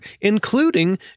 including